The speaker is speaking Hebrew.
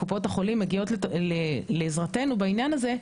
קופות החולים בעניין הזה,